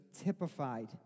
typified